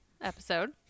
episode